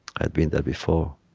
i'd been there before.